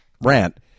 rant